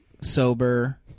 Sober